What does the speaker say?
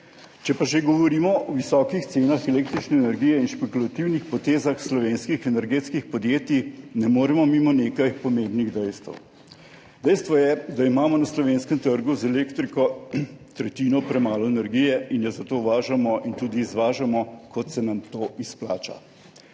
Če pa že govorimo o visokih cenah električne energije in špekulativnih potezah slovenskih energetskih podjetij, ne moremo mimo nekaj pomembnih dejstev. Dejstvo je, da imamo na slovenskem trgu z elektriko tretjino premalo energije in jo zato uvažamo in tudi izvažamo, kot se nam to izplača.